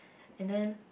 and then